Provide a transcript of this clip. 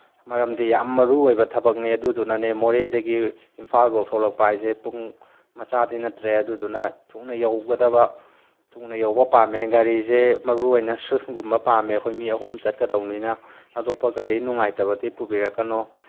ꯃꯔꯝꯗꯤ ꯌꯥꯝ ꯃꯔꯨꯑꯣꯏꯕ ꯊꯕꯛꯅꯦ ꯑꯗꯨꯗꯨꯅꯅꯦ ꯃꯣꯔꯦꯗꯒꯤ ꯏꯝꯐꯥꯜꯐꯥꯎ ꯊꯣꯛꯂꯛꯄ ꯍꯥꯏꯁꯦ ꯄꯨꯡ ꯃꯆꯥꯗꯤ ꯅꯠꯇ꯭ꯔꯦ ꯑꯗꯨꯗꯨꯅ ꯊꯨꯅ ꯌꯧꯒꯗꯕ ꯊꯨꯕ ꯌꯧꯕ ꯄꯥꯝꯃꯦ ꯒꯥꯔꯤꯁꯦ ꯃꯔꯨꯑꯣꯏꯅ ꯁꯨꯟꯁꯒꯨꯝꯕ ꯄꯥꯝꯃꯦ ꯑꯩꯈꯣꯏ ꯃꯤ ꯑꯍꯨꯝ ꯆꯠꯀꯗꯕꯅꯤꯅ ꯑꯇꯣꯞꯄ ꯒꯥꯔꯤ ꯅꯨꯡꯉꯥꯏꯇꯕꯗꯤ ꯄꯨꯕꯤꯔꯛꯀꯅꯣ